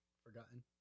forgotten